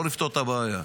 לא לפתור את הבעיה.